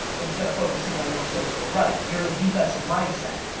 instead of focusing on what's gonna go right. you're in a defensive mindset.